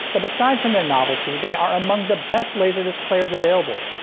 but aside from their novelty, they are among the best laserdisc players available.